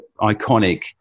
iconic